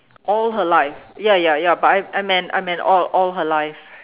all her life ya ya ya but I I meant meant all her life